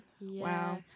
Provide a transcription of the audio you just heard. wow